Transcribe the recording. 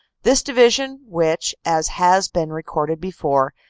this divi sion, which, as has been recorded before,